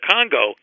Congo